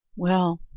well,